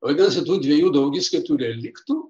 vadinasi tų dviejų daugiskaitų reliktų